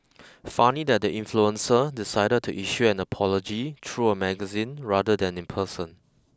funny that the influencer decided to issue an apology through a magazine rather than in person